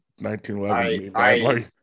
1911